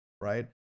right